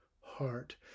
heart